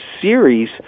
series